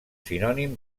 sinònim